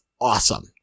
awesome